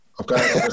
Okay